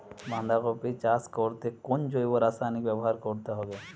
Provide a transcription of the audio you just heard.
বাঁধাকপি চাষ করতে কোন জৈব রাসায়নিক ব্যবহার করতে হবে?